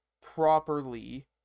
properly